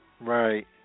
Right